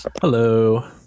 Hello